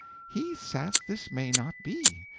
he saith this may not be.